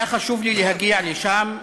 היה חשוב לי להגיע לשם,